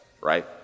right